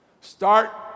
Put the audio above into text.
Start